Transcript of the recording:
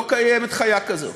לא קיימת חיה כזאת.